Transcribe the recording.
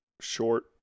short